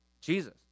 Jesus